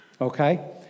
okay